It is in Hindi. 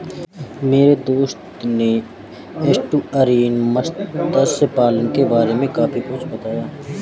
मेरे दोस्त ने एस्टुअरीन मत्स्य पालन के बारे में काफी कुछ बताया